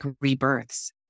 rebirths